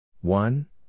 One